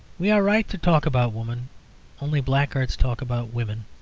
we are right to talk about woman only blackguards talk about women.